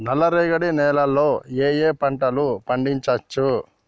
నల్లరేగడి నేల లో ఏ ఏ పంట లు పండించచ్చు?